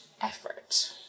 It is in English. effort